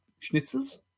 schnitzels